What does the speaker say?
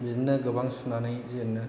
बिदिनो गोबां सुनानै जिरनो